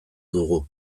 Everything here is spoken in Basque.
dugu